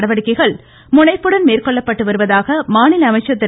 நடவடிக்கைகள் முனைப்புடன் மேற்கொள்ளப்பட்டு வருவதாக மாநில அமைச்சர் திரு